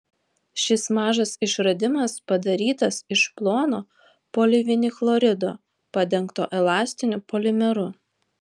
šis mažas išradimas padarytas iš plono polivinilchlorido padengto elastiniu polimeru